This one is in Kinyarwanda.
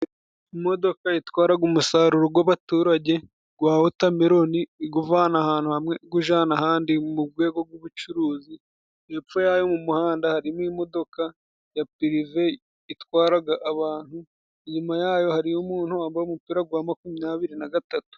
Imodoka itwaraga umusaruro gw'ababaturage gwa wotameroni, iguvana ahantu hamwe igujana ahandi mu gwego gw'ubucuruzi. Hepfo yayo mu muhanda harimo imodoka ya pirive itwaraga abantu. Inyuma yayo hari umuntu wambaye umupira wa makumyabiri na gatatu.